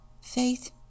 Faith